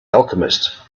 alchemist